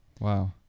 Wow